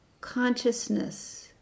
consciousness